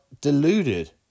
deluded